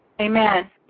Amen